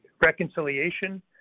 reconciliation